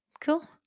Cool